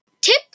Tip